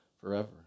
forever